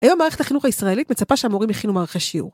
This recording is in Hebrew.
היום מערכת החינוך הישראלית מצפה שהמורים יכינו מערכי שיעור.